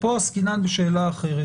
פה עסקינן בשאלה אחרת